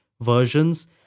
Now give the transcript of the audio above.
versions